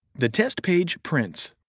the test page prints.